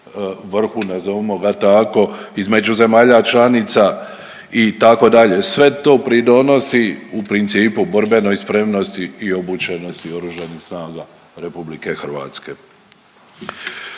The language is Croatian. vrhu, nazovimo ga tako, između zemalja članica itd.. Sve to pridonosi u principu borbenoj spremnosti i obučenosti Oružanih snaga RH.